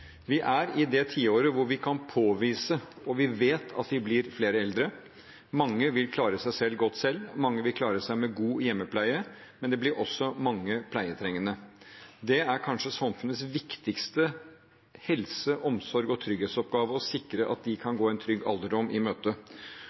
Vi er i det tiåret hvor vi kan påvise og vi vet at vi blir flere eldre. Mange vil klare seg godt selv, mange vil klare seg med god hjemmepleie, men det blir også mange pleietrengende. Det er kanskje samfunnets viktigste helse-, omsorgs- og trygghetsoppgave å sikre at de kan gå en trygg alderdom i møte.